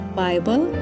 bible